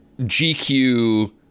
GQ